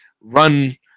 run